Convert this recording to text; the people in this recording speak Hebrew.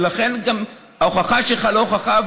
ולכן גם ההוכחה שלך היא לא הוכחה,